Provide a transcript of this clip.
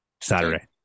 Saturday